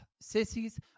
sissies